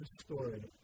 story